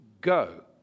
Go